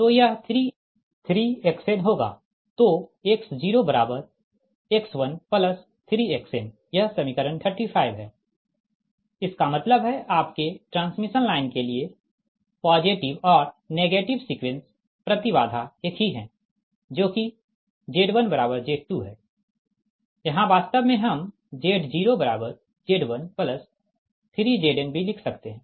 तो X0X13Xn यह समीकरण 35 है इसका मतलब है आपके ट्रांसमिशन लाइन के लिए पॉजिटिव और नेगेटिव सीक्वेंस प्रति बाधा एक ही है जो कि Z1Z2 है यहाँ वास्तव में हम Z0Z13Zn भी लिख सकते है